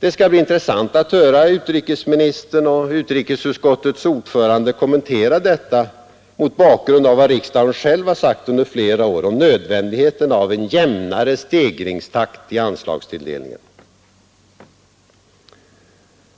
Det skall bli intressant att höra 2555 utrikesministern och utrikesutskottets ordförande kommentera detta, Det statliga utveckmot bakgrund av vad riksdagen själv har sagt under flera år om lingsbiståndet nödvändigheten av en jämnare stegringstakt i anslagstilldelningen.